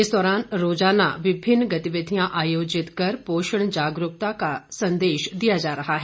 इस दौरान रोज़ाना विभिन्न गतिविधियां आयोजित कर पोषण जागरूकता का संदेश दिया जा रहा है